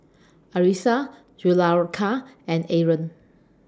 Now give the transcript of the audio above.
Arissa and Aaron